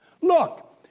Look